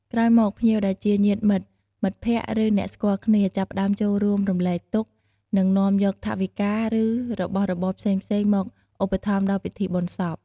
ក្រោយមក ភ្ញៀវដែលជាញាតិមិត្ត មិត្តភក្តិ ឬអ្នកស្គាល់គ្នា ចាប់ផ្តើមចូលរួមរំលែកទុក្ខ និងនាំយកថវិកា ឬរបស់របរផ្សេងៗមកឧបត្ថម្ភដល់ពិធីបុណ្យសព។